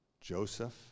Joseph